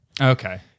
okay